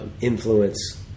Influence